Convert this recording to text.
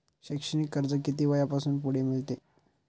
शैक्षणिक कर्ज किती वयापासून पुढे मिळते?